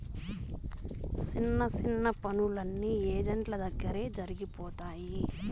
సిన్న సిన్న పనులన్నీ ఏజెంట్ల దగ్గరే జరిగిపోతాయి